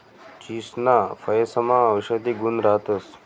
चीचसना फयेसमा औषधी गुण राहतंस